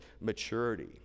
maturity